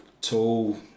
tool